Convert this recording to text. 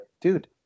dude